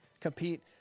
compete